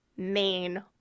main